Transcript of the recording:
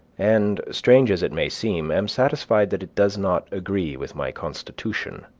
and, strange as it may seem, am satisfied that it does not agree with my constitution.